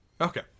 okay